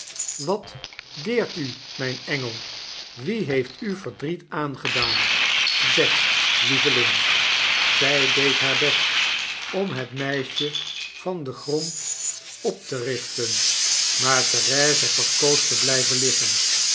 wat deert u myn engel wie heeft u verdriet aangedaan zeg lieveling zy deed haar best om het meisje van den grond op te richten maar therese verkoos te blyven liggen